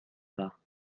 pas